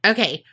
Okay